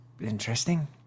interesting